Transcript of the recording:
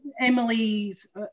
Emily's